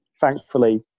thankfully